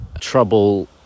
trouble